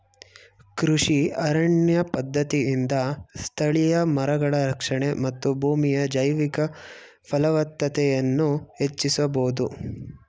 ಕೃಷಿ ಅರಣ್ಯ ಪದ್ಧತಿಯಿಂದ ಸ್ಥಳೀಯ ಮರಗಳ ರಕ್ಷಣೆ ಮತ್ತು ಭೂಮಿಯ ಜೈವಿಕ ಫಲವತ್ತತೆಯನ್ನು ಹೆಚ್ಚಿಸಬೋದು